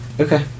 Okay